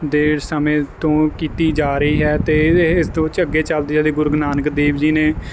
ਦੇ ਸਮੇਂ ਤੋਂ ਕੀਤੀ ਜਾ ਰਹੀ ਹੈ ਅਤੇ ਇਸ ਦੋ ਅੱਗੇ ਚਲਦੀ ਲੀ ਗੁਰੂ ਨਾਨਕ ਦੇਵ ਜੀ ਨੇ